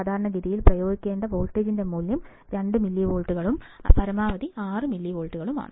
സാധാരണഗതിയിൽ പ്രയോഗിക്കേണ്ട വോൾട്ടേജിന്റെ മൂല്യം 2 മില്ലിവോൾട്ടുകളും പരമാവധി 6 മില്ലിവോൾട്ടുകളുമാണ്